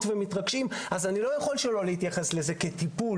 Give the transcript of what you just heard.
ומתרגשים אז אני לא יכול שלא להתייחס לזה כטיפול,